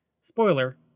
Spoiler